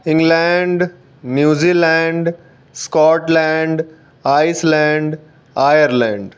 England New Zealand Scotland Iceland Ireland